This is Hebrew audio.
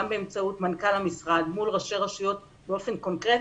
גם באמצעות מנכ"ל המשרד מול ראשי רשויות באופן קונקרטי,